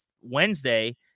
Wednesday